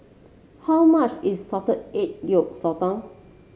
how much is Salted Egg Yolk Sotong